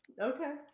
Okay